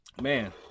man